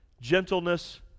gentleness